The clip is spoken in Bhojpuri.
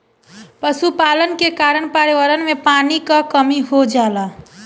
पशुपालन के कारण पर्यावरण में पानी क कमी हो जाला